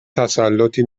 تسلّطی